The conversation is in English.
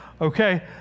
Okay